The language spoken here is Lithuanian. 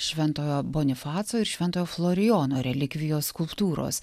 šventojo bonifaco ir šventojo florijono relikvijos skulptūros